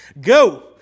Go